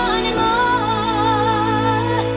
anymore